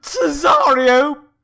Cesario